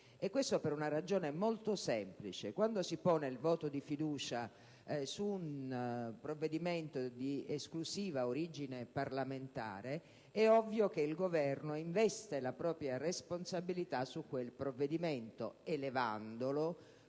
E questo per una ragione molto semplice: quando si pone il voto di fiducia su un provvedimento di esclusiva origine parlamentare, è ovvio che il Governo investa la propria responsabilità su quel provvedimento elevandolo,